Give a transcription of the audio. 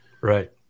Right